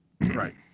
Right